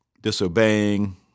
disobeying